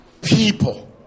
people